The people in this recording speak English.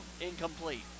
Incomplete